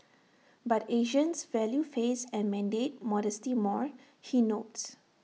but Asians value face and mandate modesty more he notes